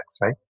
right